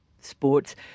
sports